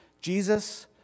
Jesus